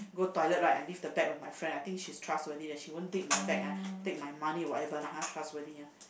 go toilet right I leave the bag with my friend I think she's trustworthy then she won't dig my bag ah take my money whatever lah ha trustworthy ah